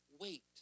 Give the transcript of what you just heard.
wait